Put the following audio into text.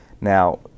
Now